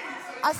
10% הם מזרחים.